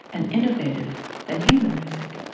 and innovative than human music.